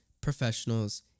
professionals